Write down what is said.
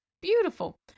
Beautiful